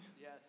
Yes